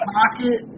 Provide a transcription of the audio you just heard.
pocket